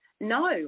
No